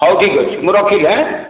ହଉ ଠିକ୍ ଅଛି ମୁଁ ରଖିଲି ହାଁ